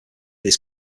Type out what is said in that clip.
this